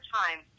time –